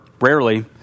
rarely